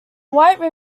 white